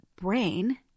brain